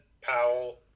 Powell